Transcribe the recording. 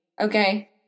okay